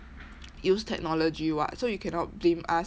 use technology [what] so you cannot blame us